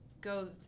go